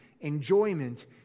enjoyment